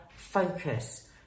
focus